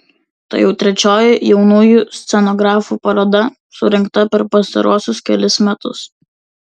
tai jau trečioji jaunųjų scenografių paroda surengta per pastaruosius kelis metus